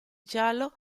giallo